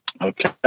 Okay